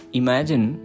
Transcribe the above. imagine